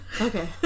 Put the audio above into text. Okay